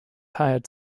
hired